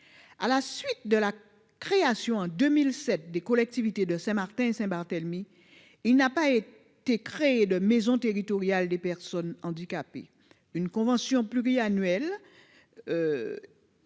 À la suite de la création, en 2007, des collectivités de Saint-Martin et de Saint-Barthélemy, il n'y a pas été créé de maison territoriale des personnes handicapées, analogue des maisons